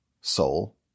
soul